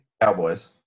Cowboys